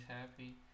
happy